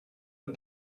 but